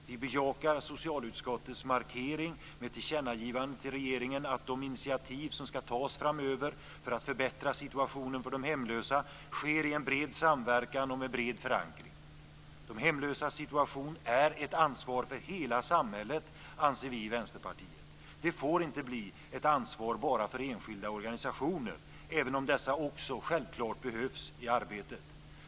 Vi bejakar socialutskottets markering med tillkännagivande till regeringen att de initiativ som skall tas framöver för att förbättra situationen för de hemlösa sker i bred samverkan och med bred förankring. De hemlösas situation är ett ansvar för hela samhället, anser vi i Vänsterpartiet. Det får inte bli ett ansvar bara för enskilda organisationer, även om dessa också självklart behövs i arbetet.